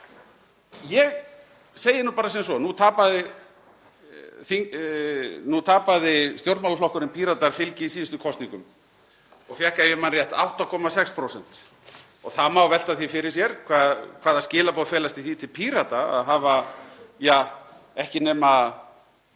Ég segi nú bara sem svo: Nú tapaði stjórnmálaflokkurinn Píratar fylgi í síðustu kosningum og fékk, ef ég man rétt, 8,6%. Það má velta því fyrir sér hvaða skilaboð felast í því til Pírata að hafa um